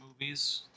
movies